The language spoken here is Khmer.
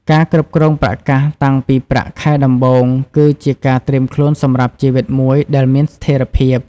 ការគ្រប់គ្រងប្រាក់កាសតាំងពីប្រាក់ខែដំបូង គឺជាការត្រៀមខ្លួនសម្រាប់ជីវិតមួយដែលមានស្ថិរភាព។